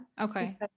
Okay